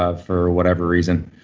ah for whatever reason,